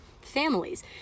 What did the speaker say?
families